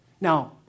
Now